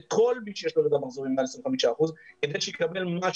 את כל מי שיש לו ירידה במחזורים מעל 25% כדי שיקבל משהו.